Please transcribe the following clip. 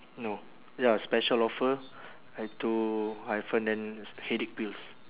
no ya special offer uh two hyphen then headache pills